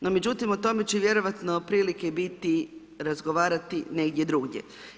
No međutim, o tome će vjerojatno prilike biti razgovarati negdje drugdje.